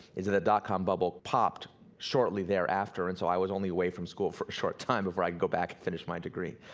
is that a dotcom bubble popped shortly thereafter, and so i was only away from school for a short time before i could go back and finish my degree.